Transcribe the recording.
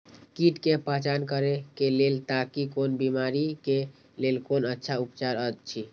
कीट के पहचान करे के लेल ताकि कोन बिमारी के लेल कोन अच्छा उपचार अछि?